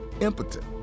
impotent